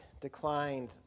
declined